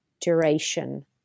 duration